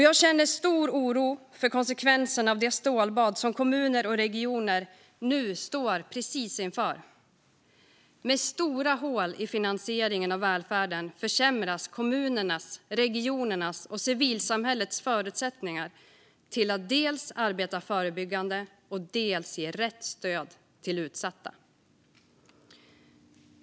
Jag känner stor oro för konsekvenserna av det stålbad som kommuner och regioner nu står inför. Med stora hål i finansieringen av välfärden försämras kommunernas, regionernas och civilsamhällets förutsättningar till att dels arbeta förebyggande, dels ge rätt stöd till utsatta.